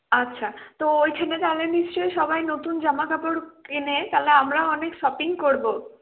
আচ্ছা তো ওইখানে তাহলে নিশ্চয়ই সবাই নতুন জামাকাপড় কেনে তাহলে আমরাও অনেক শপিং করব